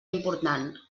important